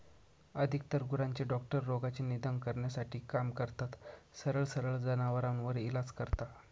अधिकतर गुरांचे डॉक्टर रोगाचे निदान करण्यासाठी काम करतात, सरळ सरळ जनावरांवर इलाज करता